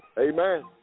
amen